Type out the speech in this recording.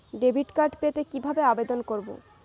Debit card পেতে কিভাবে আবেদন করব?